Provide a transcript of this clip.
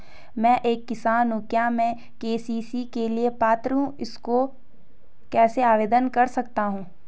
मैं एक किसान हूँ क्या मैं के.सी.सी के लिए पात्र हूँ इसको कैसे आवेदन कर सकता हूँ?